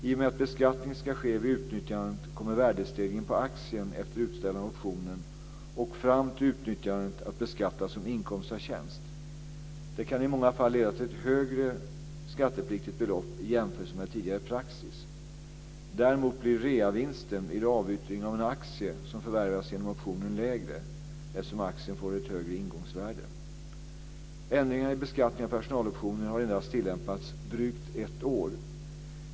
I och med att beskattning ska ske vid utnyttjandet kommer värdestegringen på aktien efter utställandet av optionen och fram till utnyttjandet att beskattas som inkomst av tjänst. Det kan i många fall leda till ett högre skattepliktigt belopp i jämförelse med tidigare praxis. Däremot blir reavinsten vid avyttring av en aktie som förvärvats genom optionen lägre, eftersom aktien får ett högre ingångsvärde. Ändringarna i beskattningen av personaloptioner har endast tillämpats drygt ett år.